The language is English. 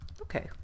Okay